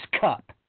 cup